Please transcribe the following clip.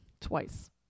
Twice